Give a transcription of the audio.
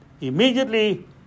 Immediately